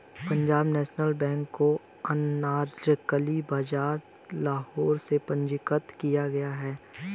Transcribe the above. Punjab national bank को अनारकली बाजार लाहौर में पंजीकृत किया गया था